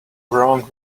wrong